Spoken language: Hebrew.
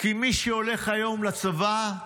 כי מי שהולך היום לצבא,